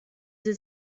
sie